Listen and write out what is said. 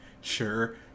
sure